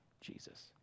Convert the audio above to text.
Jesus